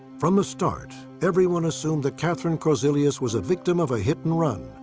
from the start, everyone assumed that katherine korzilius was a victim of a hit-and-run,